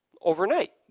Overnight